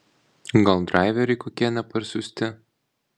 gal draiveriai kokie neparsiųsti